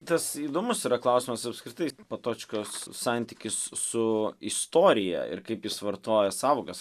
tas įdomus yra klausimas apskritai patočkos santykis su istorija ir kaip jis vartoja sąvokas